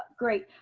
great.